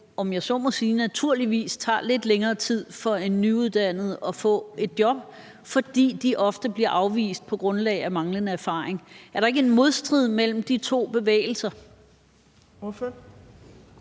om jeg så må sige, naturligvis tager lidt længere tid for en nyuddannet at få et job, fordi de ofte bliver afvist på grundlag af manglende erfaring? Er der ikke en modstrid mellem de to bevægelser?